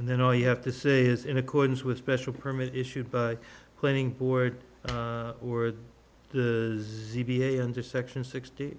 and then all you have to say is in accordance with special permit issued by playing board word z b under section sixty two